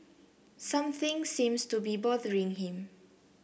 something seems to be bothering him